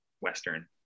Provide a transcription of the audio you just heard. western